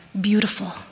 beautiful